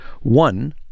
One